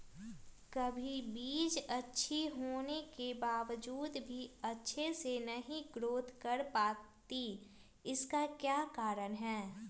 कभी बीज अच्छी होने के बावजूद भी अच्छे से नहीं ग्रोथ कर पाती इसका क्या कारण है?